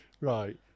Right